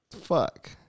fuck